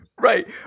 Right